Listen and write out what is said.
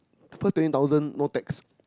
first twenty thousand no tax